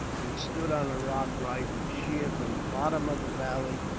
which stood on a rock rising sheer from the bottom of the valley,